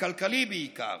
הכלכלי בעיקר,